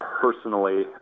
personally